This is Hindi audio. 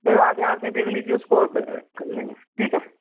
तो आगे आ कर देख लीजिए उसको और कर लेंगे ठीक है